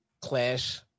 Clash